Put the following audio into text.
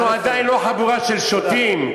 אנחנו עדיין לא חבורה של שוטים,